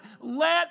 let